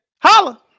Holla